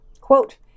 Quote